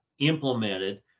implemented